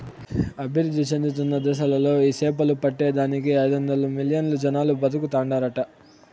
అభివృద్ధి చెందుతున్న దేశాలలో ఈ సేపలు పట్టే దానికి ఐదొందలు మిలియన్లు జనాలు బతుకుతాండారట